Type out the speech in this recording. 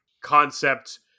concept